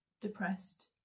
depressed